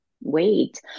wait